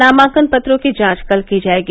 नामांकन पत्रों की जांच कल की जायेगी